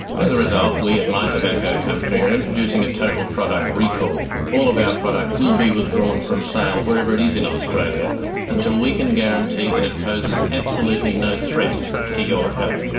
and as a result we at my tobacco company are introducing a total product recall, all of our product will be withdrawn from sale wherever it is in australia until we can guarantee that it poses absolutely no threat to your health.